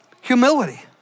humility